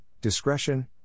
discretion